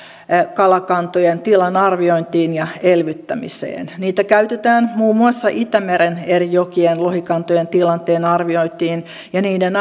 kalakantojen tilan arviointiin ja elvyttämiseen niitä käytetään muun muassa itämeren eri jokien lohikantojen tilanteen arviointiin ja niiden